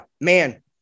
man